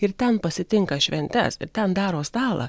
ir ten pasitinka šventes ten daro stalą